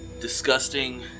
disgusting